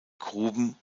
gruben